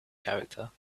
character